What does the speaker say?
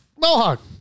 mohawk